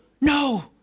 No